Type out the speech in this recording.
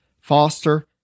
Foster